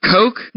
Coke